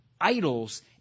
idols